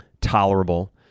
tolerable